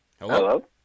hello